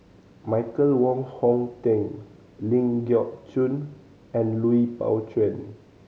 Michael Wong Hong Teng Ling Geok Choon and Lui Pao Chuen